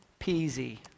peasy